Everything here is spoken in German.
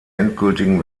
endgültigen